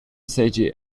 seigi